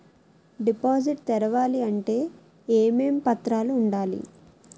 Deposit తెరవాలి అంటే ఏమేం పత్రాలు ఉండాలి?